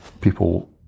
people